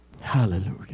Hallelujah